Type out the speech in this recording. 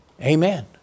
Amen